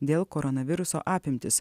dėl koronaviruso apimtis